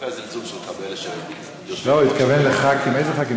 לאיזה חברי כנסת התכוונת?